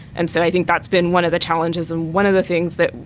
and so i think that's been one of the challenges and one of the things that,